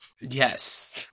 Yes